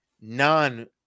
non